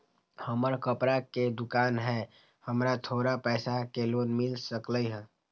हमर कपड़ा के दुकान है हमरा थोड़ा पैसा के लोन मिल सकलई ह?